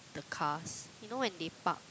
the cars you know when they park